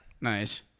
Nice